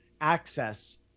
access